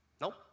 Nope